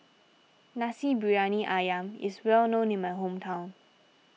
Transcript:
Nasi Briyani Ayam is well known in my hometown